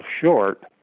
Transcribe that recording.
short